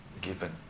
given